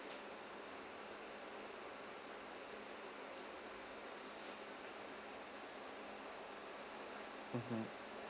mmhmm